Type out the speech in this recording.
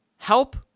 Help